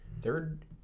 Third